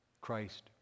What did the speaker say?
Christ